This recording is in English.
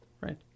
Right